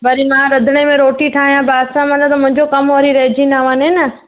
वरी मां रधणे में रोटी ठाहिया बासणु मला त मुंहिंजो कमु वरी रहिजी न वञे न